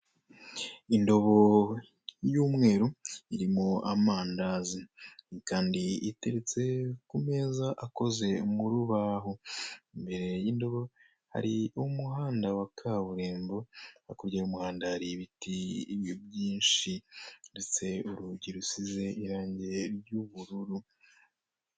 Indobo y'umweru irimo amandazi kandi iteretse ku meza akoze mu rubaho. Imbere y'indobo hari umuhanda wa kaburimbo, hakurya y'umuhanda hari ibiti byinshi ndetse urugi rusize irange ry'ubururu.